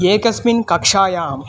एकस्मिन् कक्षायां